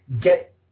get